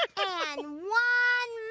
and one